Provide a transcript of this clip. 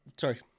Sorry